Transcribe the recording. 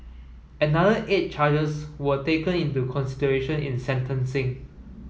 another eight charges were taken into consideration in sentencing